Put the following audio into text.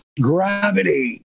gravity